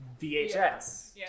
VHS